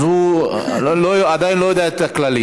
אז הוא עדיין לא יודע את הכללים.